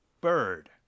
bird